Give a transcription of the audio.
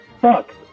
Fuck